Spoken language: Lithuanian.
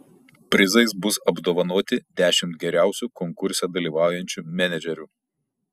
prizais bus apdovanoti dešimt geriausių konkurse dalyvaujančių menedžerių